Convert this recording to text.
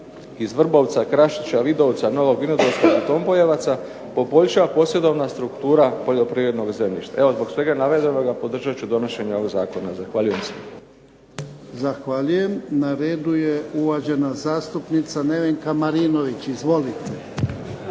iz Vrbovca, Krašića, Vidovca, Novog Vinodolskog, Tompojevaca poboljša posjedovna struktura poljoprivrednog zemljišta. Evo zbog svega navedenog podržat ću donošenje ovog zakona. Zahvaljujem se. **Jarnjak, Ivan (HDZ)** Zahvaljujem. Na redu je uvažena zastupnica Nevenka Marinović. Izvolite.